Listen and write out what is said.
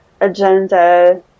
Agenda